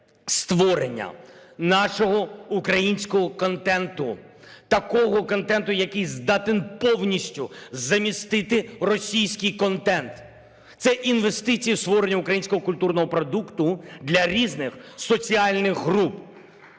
створення нашого українського контенту, такого контенту, який здатен повністю замістити російський контент. Це інвестиції у створення українського культурного продукту для різних соціальних груп,